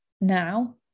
now